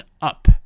up